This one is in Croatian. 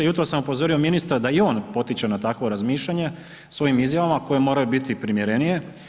Jutros sam upozorio ministra da i on potiče na takvo razmišljanje svojim izjavama koje moraju biti primjerenije.